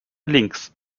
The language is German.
links